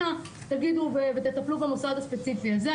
אנא תגידו ותטפלו במוסד הספציפי הזה.